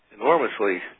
enormously